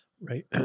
Right